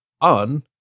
on